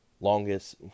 longest